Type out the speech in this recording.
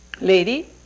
Lady